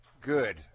good